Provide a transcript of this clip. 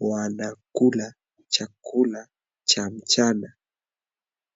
wanakula chakula cha mchana.